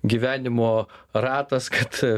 gyvenimo ratas kad